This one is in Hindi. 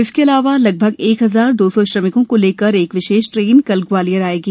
इसके अलावा लगभग एक हजार दो सौ श्रमिकों को लेकर एक विशेष ट्रेन कल ग्वालियर आएगी